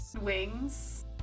Wings